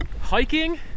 Hiking